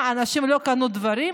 מה, אנשים לא קנו דברים?